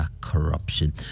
Corruption